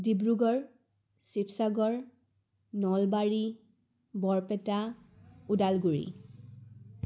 Dibrugarh Sivasagar Nalbari Barpeta Udalguri